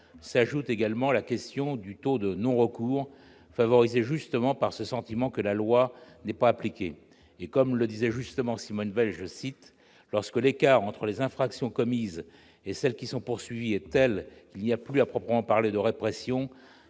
s'ajoute la question du taux de non-recours, favorisé justement par ce sentiment que la loi n'est pas appliquée. Comme le disait à juste titre Simone Veil, « lorsque l'écart entre les infractions commises et celles qui sont poursuivies est tel qu'il n'y a plus à proprement parler de répression,